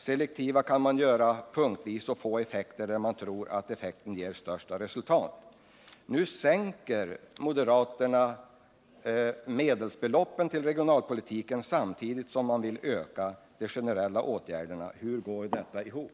Selektiva medel kan man sätta in punktvis och få effekter av där man tror att effekten blir störst. Nu sänker moderaterna medelsbeloppen till regionalpolitiken samtidigt som man vill öka de generella åtgärderna. Hur går detta ihop?